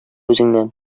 үзеңнән